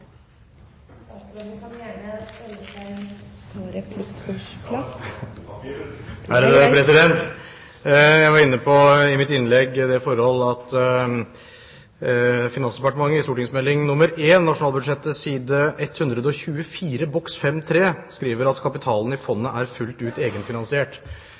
var i mitt innlegg inne på det forhold at Finansdepartementet i St.meld. nr. 1 for 2008–2009, Nasjonalbudsjettet, side 124, Boks 5.3 skriver at «kapitalen i fondet er fullt ut